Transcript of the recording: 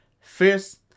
First